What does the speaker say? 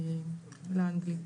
לאנגלי.